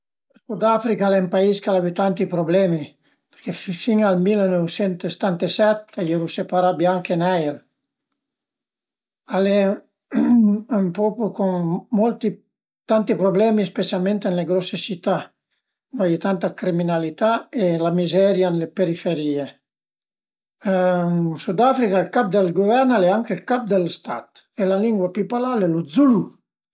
L'animal pi gros, la bestia pi grosa che l'ai vist pensu ch'a sia l'elefant perché da nostre part a i n'a ie pa gnün gros gros e l'ai vistlu ën Africa, ma l'ai vistlu a Türin cuande cuande cun le scole a i eru andait a vëddi ün zoo ëndua a i era apunto tante bestie ch'a sun ën gir për ël mund